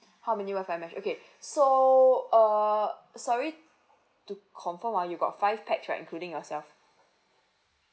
how many wi-fi mesh okay so uh sorry to confirm ah you got five pax right including yourself